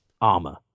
armor